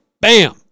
bam